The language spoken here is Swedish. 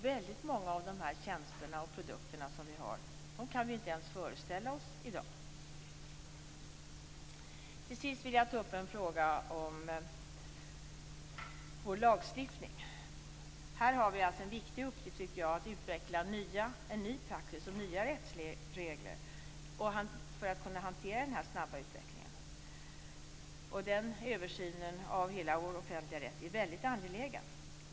Väldigt många av tjänsterna och produkterna kan vi inte ens föreställa oss i dag. Till sist vill jag ta upp frågan om vår lagstiftning. Vi har en viktig uppgift i att utveckla en ny praxis och nya rättsregler för att kunna hantera den snabba utvecklingen. Den översynen av hela vår offentliga rätt är väldigt angelägen.